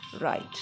right